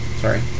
Sorry